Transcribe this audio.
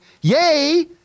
yay